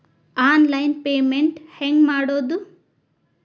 Online payment ಹೆಂಗ್ ಮಾಡೋದು?